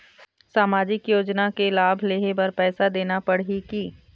सामाजिक योजना के लाभ लेहे बर पैसा देना पड़ही की?